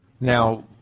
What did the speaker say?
Now